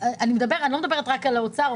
אני לא מדברת רק על האוצר.